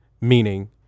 Meaning